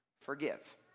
forgive